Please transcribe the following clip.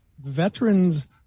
Veterans